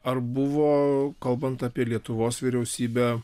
ar buvo kalbant apie lietuvos vyriausybę